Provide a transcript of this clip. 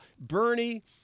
Bernie